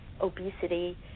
obesity